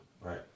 Right